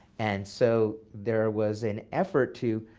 and so there was an effort to